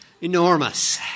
enormous